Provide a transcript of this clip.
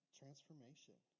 transformation